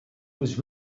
was